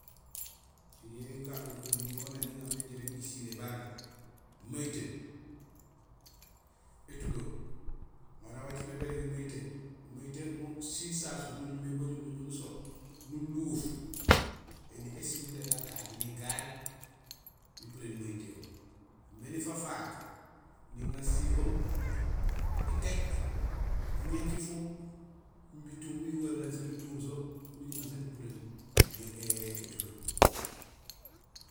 Ijool iganul éli ñé wa na jiŋamé jirég jisilié babé: mayitee, étulo; mara bécilé bérégi mayitee; mayitee mo siit sasu nuñumé ébajul nuñul so, nuluuf; éli ésiil gurégé gagaaj; nigaaj nipurénul mayitehoom. Imbi nifafaak, niŋa sihoom étéék, iñince ifuum, imbi ituuŋ; iwararéén so; nituuŋ so mi niŋa so nipuréén étulo.